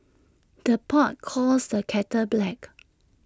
the pot calls the kettle black